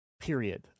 period